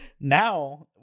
now